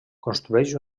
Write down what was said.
construeix